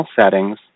settings